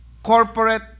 Corporate